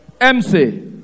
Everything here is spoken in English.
MC